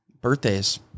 birthdays